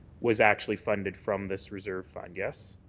was actually funded from this reserve fund. yes?